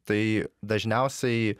tai dažniausiai